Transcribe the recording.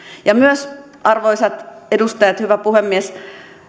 myös arvoisat edustajat hyvä puhemies